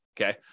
okay